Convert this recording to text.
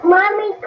Mommy